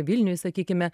vilniuj sakykime